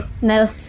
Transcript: No